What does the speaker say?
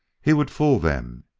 he would fool them,